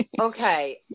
Okay